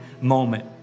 moment